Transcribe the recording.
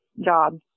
job